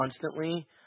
constantly